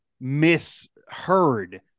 misheard